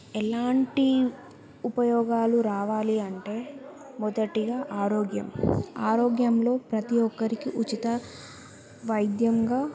ఎలాంటి ఉపయోగాలు రావాలి అంటే మొదటిగా ఆరోగ్యం ఆరోగ్యంలో ప్రతీ ఒక్కరికి ఉచిత వైద్యంగా